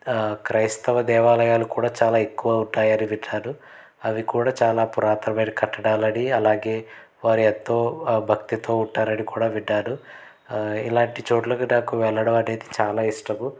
క్రైస్తవ దేవాలయాలు కూడా చాలా ఎక్కువ ఉంటాయని విన్నాను అవి కూడా చాలా పురాతనమైన కట్టడాలని అలాగే వారి ఎంతో భక్తితో ఉంటారని కూడా విన్నాను ఇలాంటి చోట్లకు నాకు వెళ్ళడం అనేది చాలా ఇష్టము